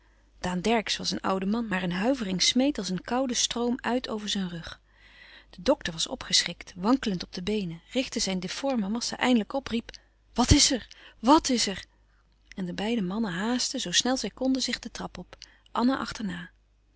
daan dercksz was een oude man maar een huivering smeet als een kouden stroom uit over zijn rug de dokter was opgeschrikt wankelend op de beenen richtte zijn difforme massa eindelijk op riep louis couperus van oude menschen de dingen die voorbij gaan wat is er wàt is er en de beide mannen haastten zoo snel zij konden zich de trap op anna achterna